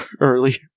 early